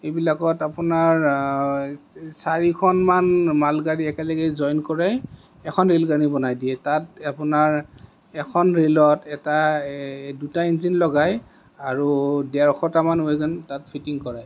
এইবিলাকত আপোনাৰ চাৰিখনমান মালগাড়ী একেলগে জইন কৰে এখন ৰেলগাড়ী বনাই দিয়ে তাত আপোনাৰ এখন ৰেলত এটা দুটা ইঞ্জিন লগাই আৰু ডেৰশটামান ৱেগন তাত ফিটিং কৰে